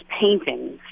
paintings